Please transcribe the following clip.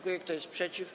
Kto jest przeciw?